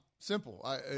Simple